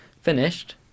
Finished